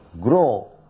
grow